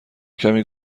کمی